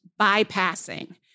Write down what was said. bypassing